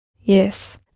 Yes